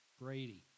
Brady